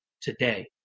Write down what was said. today